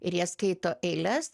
ir jie skaito eiles